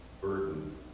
burden